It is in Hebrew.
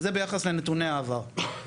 זה ביחס לנתוני העבר.